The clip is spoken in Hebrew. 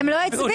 הם לא הצביעו.